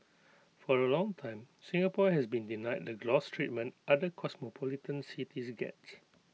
for A long time Singapore has been denied the gloss treatment other cosmopolitan cities get